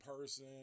person